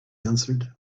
answered